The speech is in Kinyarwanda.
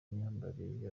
imyambarire